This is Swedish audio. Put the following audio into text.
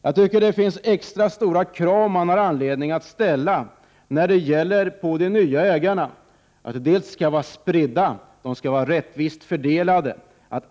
Jag tycker att man har anledning att ställa extra stora krav på fördelningen på de nya ägarna. Ägandet skall vara spritt och rättvist fördelat.